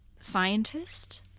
scientist